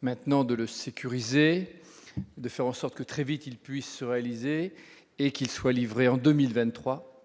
maintenant de le sécuriser, de faire en sorte que, très vite, il puisse se réaliser et qu'ils soient livrés en 2023